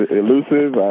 elusive